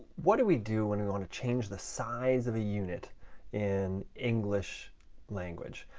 what do we do when we want to change the size of a unit in english language,